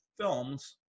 films